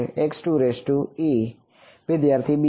વિદ્યાર્થી બી